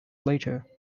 later